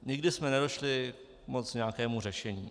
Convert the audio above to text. Nikdy jsme nedošli k moc nějakému řešení.